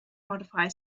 modify